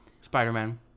Spider-Man